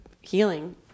healing